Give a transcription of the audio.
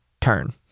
turn